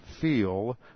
feel